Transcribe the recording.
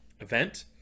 event